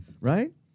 Right